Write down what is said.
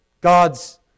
God's